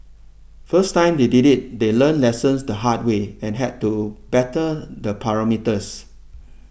first time they did it they learnt lessons the hard way and had to better the parameters